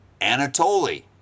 Anatoly